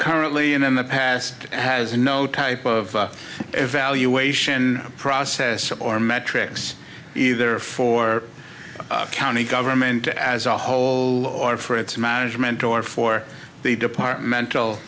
currently in the past has no type of evaluation process or metrics either for county government as a whole or for its management or for the departmental